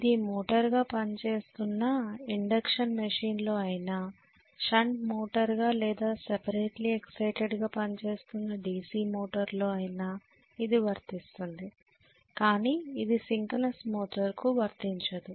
ఇది మోటారుగా పని చేస్తున్నా ఇండక్షన్ మెషీన్లో అయినా షంట్ మోటారుగా లేదా సెపరేట్లీ ఎక్సైటెడ్ గా పనిచేస్తున్న DC మోటర్ లో అయినా ఇది వర్తిస్తుంది కానీ ఇది సింక్రోనస్ మోటర్ కు వర్తించదు